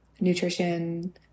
nutrition